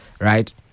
right